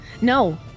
No